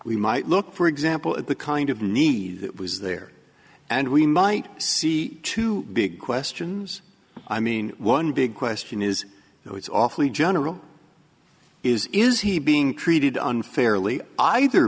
we might look for example at the kind of need that was there and we might see two big questions i mean one big question is you know it's awfully general is is he being treated unfairly either